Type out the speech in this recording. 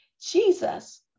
Jesus